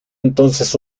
entonces